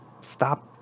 stop